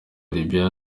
libya